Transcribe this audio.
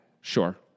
Sure